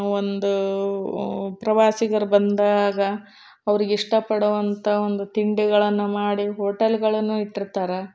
ಒಂದು ಪ್ರವಾಸಿಗರು ಬಂದಾಗ ಅವರಿಗಿಷ್ಟ ಪಡುವಂಥ ಒಂದು ತಿಂಡಿಗಳನ್ನು ಮಾಡಿ ಹೋಟೆಲ್ಗಳನ್ನು ಇಟ್ಟಿರ್ತಾರೆ